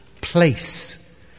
place